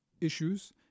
issues